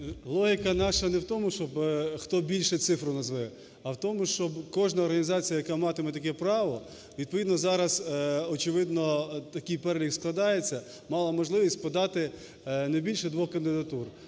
Логіка наша не в тому, щоб хто більше цифру назве, а в тому, щоб кожна організація, яка матиме таке право, відповідно зараз, очевидно, такий перелік складається, мала можливість подати не більше двох кандидатур.